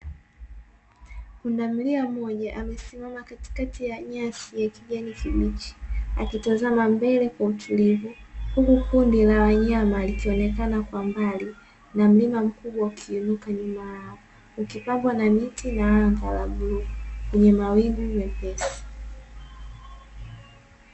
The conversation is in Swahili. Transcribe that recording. Pundamilia mmoja amesimama katikati ya nyasi ya kijani kibichi akitazama mbele kwa utulivu, huku kundi la wanyama likionekana kwa mbali, na mlima mkubwa ukiinuka nyuma yao ukipangwa na miti na anga la bluu kwenye mawingu mepesi.